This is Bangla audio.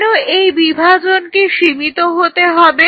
কেন এই বিভাজনকে সীমিত হতে হবে